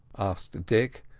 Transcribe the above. asked dick,